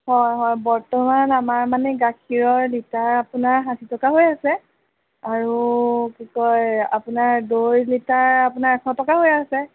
হয় হয় বৰ্তমান আমাৰ মানে গাখীৰৰ লিটাৰ আপোনাৰ ষাঠি টকা হৈ আছে আৰু কি কয় আপোনাৰ দৈ লিটাৰ আপোনাৰ এশ টকা হৈ আছে